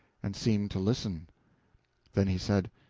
and seemed to listen then he said